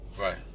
Right